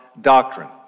doctrine